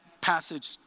passage